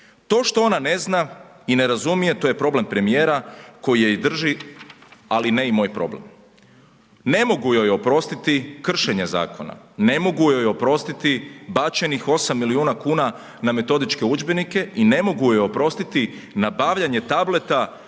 To što ona ne zna i ne razumije, to je problem premijera koji je i drži ali ne i moj problem. Ne mogu joj oprostiti kršenje zakona, ne mogu joj oprostiti bačenih 8 milijuna kuna na metodičke udžbenike i ne mogu joj oprostiti nabavljanje tableta